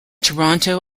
toronto